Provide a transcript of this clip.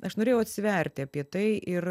aš norėjau atsiverti apie tai ir